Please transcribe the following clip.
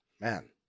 man